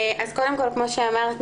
אז קודם כל כמו שאמרת,